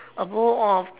a bowl of